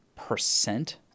Percent